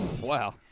Wow